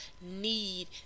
need